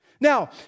Now